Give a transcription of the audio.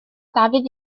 dafydd